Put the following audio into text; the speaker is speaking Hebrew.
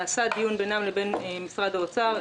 נעשה דיון בינם לבין משרד האוצר.